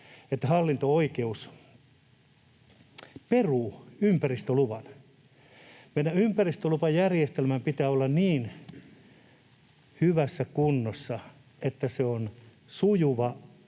että hallinto-oikeus peruu ympäristöluvan. Meidän ympäristölupajärjestelmän pitää olla niin hyvässä kunnossa, että se on sujuva